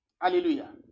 Hallelujah